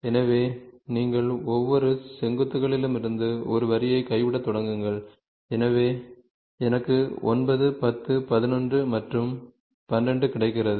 எனவே நீங்கள் ஒவ்வொரு செங்குத்துகளிலிருந்தும் ஒரு வரியை கைவிடத் தொடங்குங்கள் எனவே எனக்கு 9 10 11 மற்றும் 12 கிடைக்கிறது